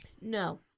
no